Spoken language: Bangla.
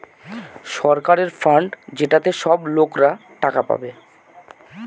সরকারের ফান্ড যেটাতে সব লোকরা টাকা পাবে